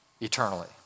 eternally